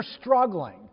struggling